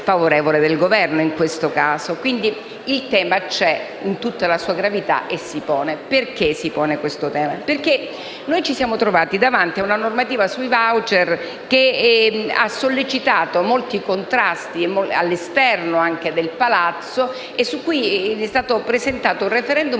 il tema c'è, in tutta la sua gravità, e si pone. Perché si pone questo tema? Ci siamo trovati davanti a una normativa sui *voucher* che ha sollecitato molti contrasti anche all'esterno del palazzo e su cui è stato presentato un *referendum* che